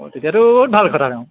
অঁ তেতিয়াতো বহুত ভাল কথা দেখোন